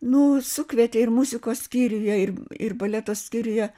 nu sukvietė ir muzikos skyriuje ir ir baleto skyriuje